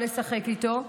או לשחק איתו,